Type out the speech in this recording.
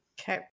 Okay